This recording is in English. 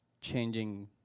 changing